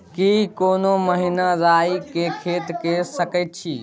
की कोनो महिना राई के खेती के सकैछी?